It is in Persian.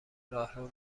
راهرو